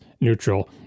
neutral